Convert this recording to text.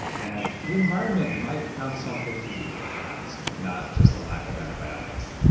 and the environment might have something to do with that not just a lack of antibiotics.